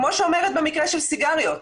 כמו במקרה של סיגריות,